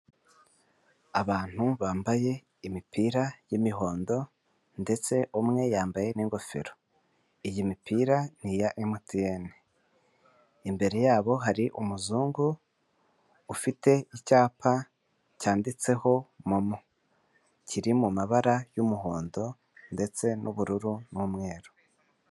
Abantu bambaye imipira y'imihondo, ndetse umwe yambaye n'ingofero, iyi mipira ni iya emutiyeni. Imbere yabo hari umuzungu ufite icyapa cyanditseho momo, kiri mu mu mabara y'umuhondo ndetse n'ubururu, n'umweru.